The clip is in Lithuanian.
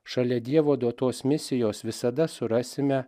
šalia dievo duotos misijos visada surasime